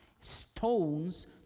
stones